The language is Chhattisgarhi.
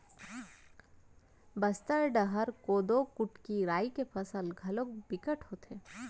बस्तर डहर कोदो, कुटकी, राई के फसल घलोक बिकट होथे